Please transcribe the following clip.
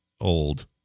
old